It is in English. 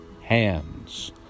hands